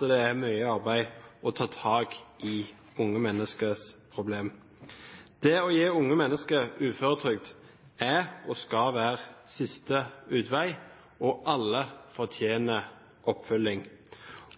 det er mye arbeid knyttet til det å ta tak i unge menneskers problem. Det å gi unge mennesker uføretrygd er og skal være siste utvei, og alle fortjener oppfølging.